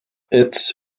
its